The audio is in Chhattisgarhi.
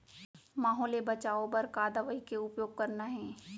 माहो ले बचाओ बर का दवई के उपयोग करना हे?